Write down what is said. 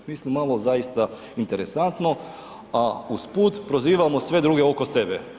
Mislim malo zaista interesantno, a usput prozivamo sve druge oko sebe.